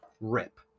Rip